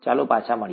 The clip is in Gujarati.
ચાલો પાછા મળીએ